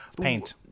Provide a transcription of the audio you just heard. Paint